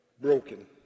broken